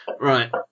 Right